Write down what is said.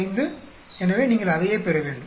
825 எனவே நீங்கள் அதையே பெற வேண்டும்